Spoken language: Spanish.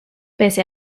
pese